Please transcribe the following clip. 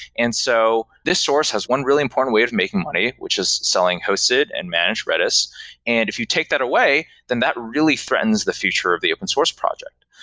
and so this source has one really important way of making money, which is selling hosted and manage redis. and if you take that away, then that really threatens the future of the open source project.